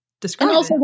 describe